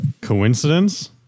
Coincidence